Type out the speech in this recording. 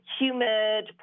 humid